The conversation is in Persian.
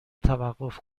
توقف